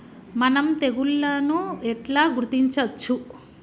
మనం తెగుళ్లను ఎట్లా గుర్తించచ్చు?